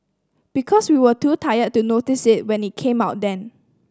because we were too tired to notice it when it came out then